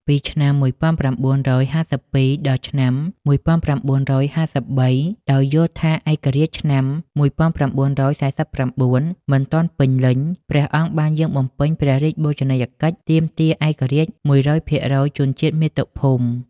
ពីឆ្នាំ១៩៥២ ដល់ឆ្នាំ១៩៥៣ ដោយយល់ថាឯករាជ្យឆ្នាំ១៩៤៩ មិនទាន់ពេញលេញ ព្រះអង្គបានយាងបំពេញព្រះរាជបូជនីយកិច្ចទាមទារឯករាជ្យ ១០០% ជូនជាតិមាតុភូមិ។